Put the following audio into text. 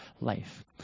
life